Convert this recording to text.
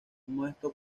modesto